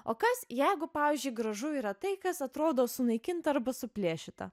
o kas jeigu pavyzdžiui gražu yra tai kas atrodo sunaikinta arba suplėšyta